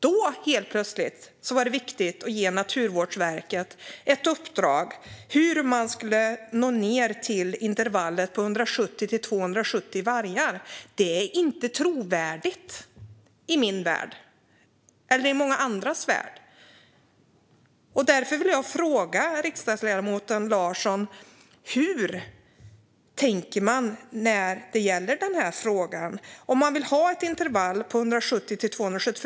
Då helt plötsligt var det viktigt att ge Naturvårdsverket ett uppdrag om hur man skulle komma ned till ett intervall på 170-270 vargar. Detta är inte trovärdigt i min värld eller i mångas andra värld. Därför vill jag fråga riksdagsledamoten Larsson: Hur tänker ni när det gäller denna fråga? Vill ni ha ett intervall på 170-270?